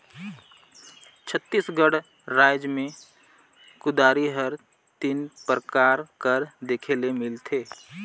छत्तीसगढ़ राएज मे कुदारी हर तीन परकार कर देखे ले मिलथे